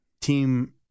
Team